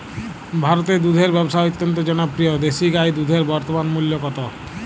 ভারতে দুধের ব্যাবসা অত্যন্ত জনপ্রিয় দেশি গাই দুধের বর্তমান মূল্য কত?